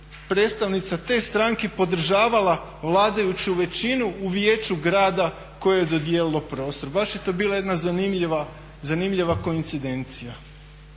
predstavnica te stranke podržavala vladajuću većinu u vijeću grada koje je dodijelilo prostor. Baš je to bila jedna zanimljiva koincidencija.